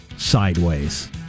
Sideways